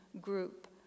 group